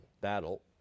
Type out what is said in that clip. battle